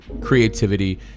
creativity